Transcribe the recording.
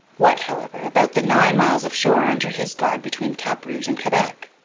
what, however, about the nine miles of shore under his guard between cap rouge and quebec?